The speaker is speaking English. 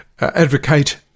advocate